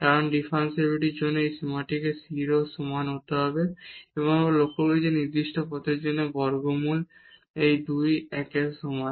কারণ ডিফারেনশিবিলিটির জন্য এই সীমাটি 0 এর সমান হতে হবে এবং আমরা লক্ষ্য করেছি যে এই নির্দিষ্ট পথের মধ্যে এই সীমাটি বর্গমূল 2 এর 1 এর সমান